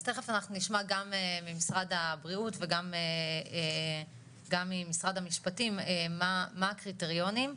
אז תיכף אנחנו נשמע גם ממשרד הבריאות וגם ממשרד המשפטים מה הקריטריונים,